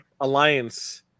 alliance